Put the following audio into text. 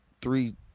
three